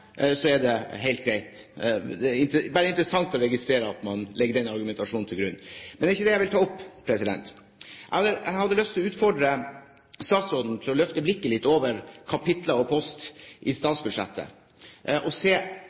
er det helt greit. Det er bare interessant å registrere at man legger den argumentasjonen til grunn. Men det er ikke det jeg vil ta opp. Jeg har lyst til å utfordre statsråden til å løfte blikket litt opp fra kapitler og poster i statsbudsjettet og se